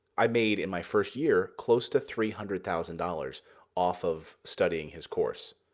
i made in my first year close to three hundred thousand dollars off of studying his course.